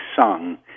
sung